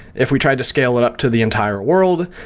if we tried to scale it up to the entire world,